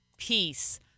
peace